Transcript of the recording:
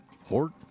Hort